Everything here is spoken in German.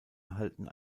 erhalten